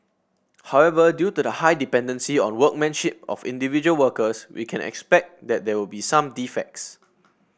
however due to the high dependency on workmanship of individual workers we can expect that there will be some defects